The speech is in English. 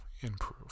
improve